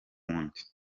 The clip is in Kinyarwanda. wundi